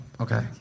okay